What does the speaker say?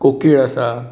कोकीळ आसा